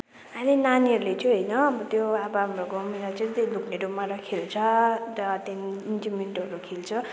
अहिले नानीहरूले चाहिँ होइन त्यो अब हाम्रो गाउँमा चाहिँ त्यही धुप्लेडुमहरू खेल्छ त्यहाँदेखि इन्टुमिन्टुहरू खेल्छ